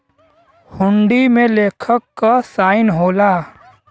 हुंडी में लेखक क साइन होला